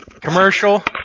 commercial